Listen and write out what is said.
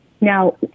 Now